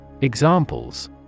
Examples